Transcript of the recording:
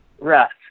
Rest